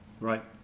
Right